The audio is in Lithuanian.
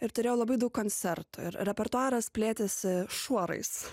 ir turėjau labai daug koncertų ir repertuaras plėtėsi šuorais